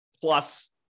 plus